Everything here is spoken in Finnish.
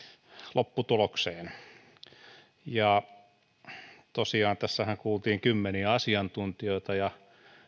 lopputulokseen tässähän tosiaan kuultiin kymmeniä asiantuntijoita ja